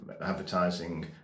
advertising